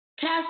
Cast